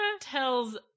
tells